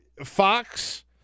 Fox